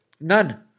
none